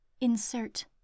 insert